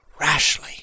Rashly